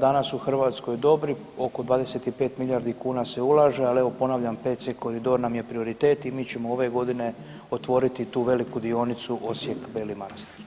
danas u Hrvatskoj dobri, oko 25 milijardi kuna se ulaže, ali evo ponavljam 5C koridor nam je prioritet i mi ćemo ove godine otvoriti tu veliku dionicu Osijek – Beli Manastir.